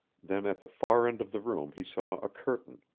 then at the far end of the room he saw a curtain,